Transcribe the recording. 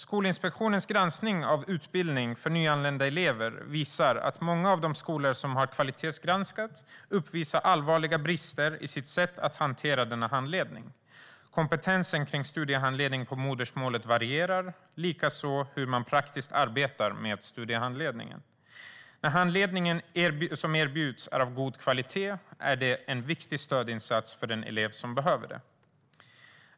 Skolinspektionens granskning av utbildning för nyanlända elever visar att många av de skolor som har kvalitetsgranskats uppvisar allvarliga brister i sitt sätt att hantera denna handledning. Kompetensen i studiehandledning på modersmålet varierar, likaså hur man praktiskt arbetar med studiehandledningen. När handledningen som erbjuds är av god kvalitet är det en viktig stödinsats för den elev som behöver det.